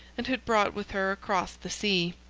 and had brought with her across the sea.